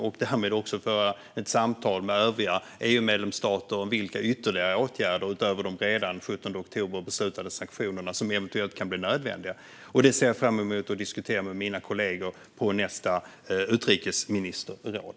Där kan vi också föra samtal med övriga EU-medlemsstater om vilka ytterligare åtgärder som eventuellt kan bli nödvändiga utöver de redan den 17 oktober beslutade sanktionerna. Det ser jag fram emot att diskutera med mina kollegor vid nästa utrikesministerråd.